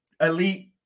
elite